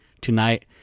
tonight